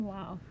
Wow